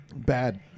Bad